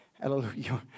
Hallelujah